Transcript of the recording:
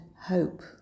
hope